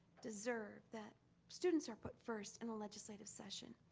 deserve that students are put first in a legislative session.